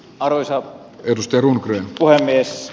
arvoisa tiedustelun puhemies